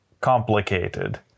complicated